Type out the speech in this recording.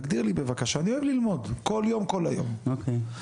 תגדיר לי בבקשה אני אוהב ללמוד כל יום כל היום מיהו